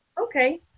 Okay